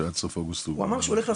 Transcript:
שעד סוף אוגוסט הוא דיבר על